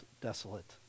desolate